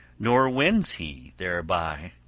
nor wins he thereby!